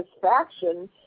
satisfaction